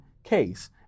case